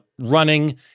running